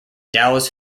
dallas